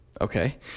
Okay